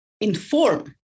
inform